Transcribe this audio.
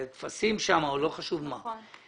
טפסים או לא חשוב מה.